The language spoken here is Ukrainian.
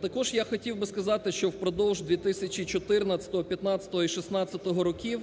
Також я хотів сказати, що впродовж 2014, 2015 і 2016 років